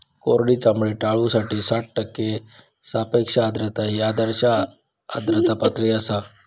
कोरडी चामडी टाळूसाठी साठ टक्के सापेक्ष आर्द्रता ही आदर्श आर्द्रता पातळी आसा